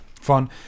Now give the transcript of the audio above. Fun